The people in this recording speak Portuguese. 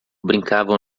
brincavam